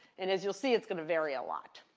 and as you'll see, it's going to vary a lot.